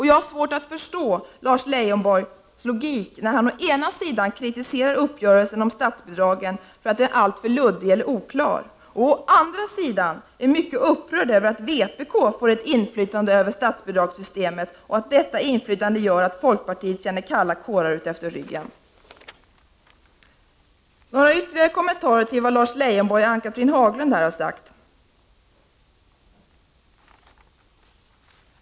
Jag har svårt att förstå Lars Leijonborgs logik när han å ena sidan kritiserar uppgörelsen om statsbidragen för att den är allt för luddig och oklar, å andra sidan är mycket upprörd över att vpk får ett inflytande över statsbidragssystemet och säger att detta inflytande gör att folkpartiet känner kalla kårar utefter ryggen. Några ytterligare kommentarer till vad Lars Leijonborg och Ann-Cathrine Haglund här har sagt.